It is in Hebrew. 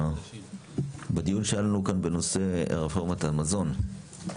בדיון שהיה לנו כאן בנושא רפורמת המזון,